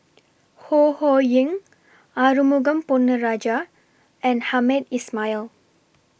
Ho Ho Ying Arumugam Ponnu Rajah and Hamed Ismail